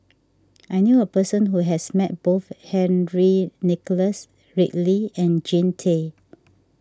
I knew a person who has met both Henry Nicholas Ridley and Jean Tay